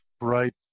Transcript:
right